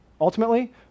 ultimately